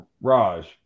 Raj